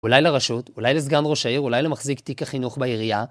אולי לרשות, אולי לסגן ראש העיר, אולי למחזיק תיק החינוך בעירייה.